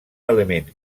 element